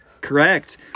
Correct